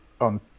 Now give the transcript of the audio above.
on